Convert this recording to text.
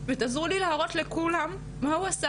ותעזרו לי להראות לכולם מה הוא עשה